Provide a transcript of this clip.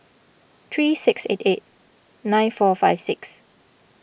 three six eight eight nine four five six